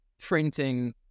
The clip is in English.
printing